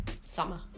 summer